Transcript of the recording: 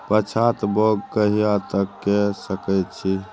पछात बौग कहिया तक के सकै छी?